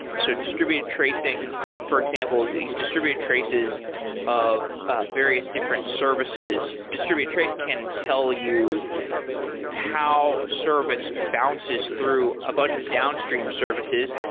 so distributed tracing for example, these distributed traces of ah various different services, distribute trace can tell you how a service bounces through a bunch of downstream services.